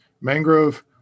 Mangrove